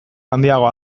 handiagoa